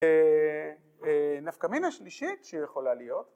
‫הנפקמין השלישית שיכולה להיות,